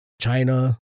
China